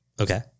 Okay